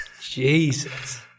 Jesus